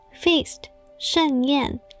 feast,盛宴